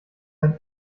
ein